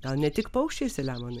gal ne tik paukščiai selemonai